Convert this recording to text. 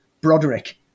Broderick